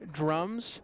drums